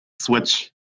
switch